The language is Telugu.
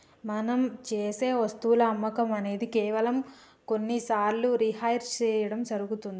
మనం సేసె వస్తువుల అమ్మకం అనేది కేవలం కొన్ని సార్లు రిహైర్ సేయడం జరుగుతుంది